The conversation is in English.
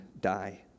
die